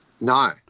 No